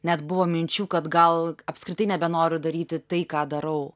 net buvo minčių kad gal apskritai nebenoriu daryti tai ką darau